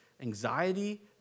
anxiety